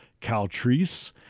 Caltrice